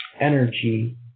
energy